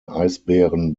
eisbären